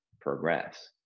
progress